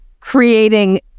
creating